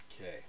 Okay